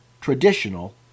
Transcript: traditional